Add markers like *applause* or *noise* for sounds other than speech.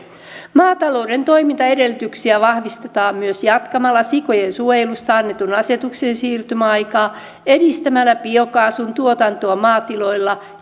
maatalouden toimintaedellytyksiä vahvistetaan myös jatkamalla sikojen suojelusta annetun asetuksen siirtymäaikaa edistämällä biokaasun tuotantoa maatiloilla *unintelligible*